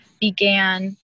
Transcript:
began